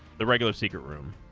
the regular secret room